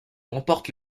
remporte